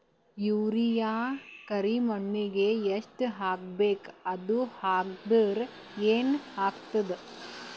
Urea ಕರಿಮಣ್ಣಿಗೆ ಎಷ್ಟ್ ಹಾಕ್ಬೇಕ್, ಅದು ಹಾಕದ್ರ ಏನ್ ಆಗ್ತಾದ?